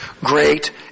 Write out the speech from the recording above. great